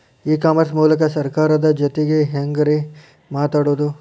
E commerce ಮೂಲಕ ಸರ್ಕಾರದ ಜೊತಿಗೆ ಹ್ಯಾಂಗ್ ರೇ ಮಾತಾಡೋದು?